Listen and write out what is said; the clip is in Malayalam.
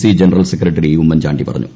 സി ജനറൽ സെക്രട്ടറി ഉമ്മൻചാണ്ടി പറഞ്ഞു